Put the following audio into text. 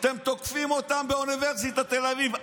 אתם תוקפים אותם באוניברסיטת תל אביב,